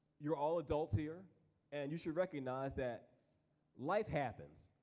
you're all adults here and you should recognize that life happens.